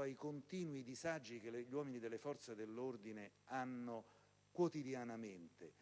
ai continui disagi che gli uomini delle forze dell'ordine subiscono quotidianamente